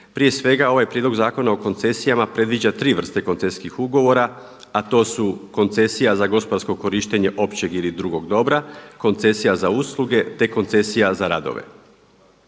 Prije svega ovaj Zakon o koncesijama predviđa tri vrste koncesijskih ugovora, a to su koncesija za gospodarsko korištenja općeg ili drugog dobra, koncesija za usluge, te koncesija za radove.